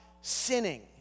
sinning